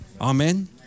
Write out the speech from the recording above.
Amen